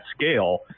scale